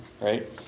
right